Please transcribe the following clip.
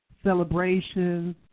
celebrations